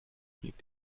liegt